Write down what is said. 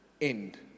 End